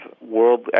world